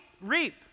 reap